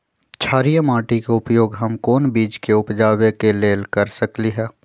क्षारिये माटी के उपयोग हम कोन बीज के उपजाबे के लेल कर सकली ह?